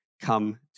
come